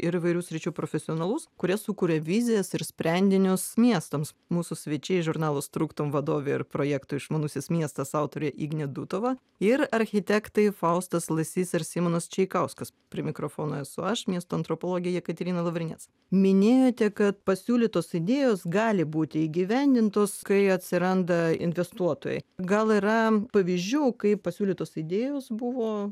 ir įvairių sričių profesionalus kurie sukuria vizijas ir sprendinius miestams mūsų svečiai žurnalo struktum vadovė ir projekto išmanusis miestas autorė ignė dutova ir architektai faustas lasys ir simonas čaikauskas prie mikrofono esu aš miesto antropologė jekaterina lavrinec minėjote kad pasiūlytos idėjos gali būti įgyvendintos kai atsiranda investuotojai gal yra pavyzdžių kai pasiūlytos idėjos buvo